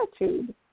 attitude